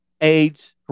AIDS